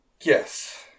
Yes